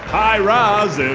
pie raz